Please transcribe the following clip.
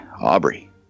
Aubrey